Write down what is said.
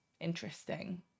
interesting